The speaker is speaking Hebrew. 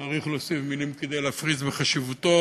צריך להוסיף מילים כדי להפריז בחשיבותו.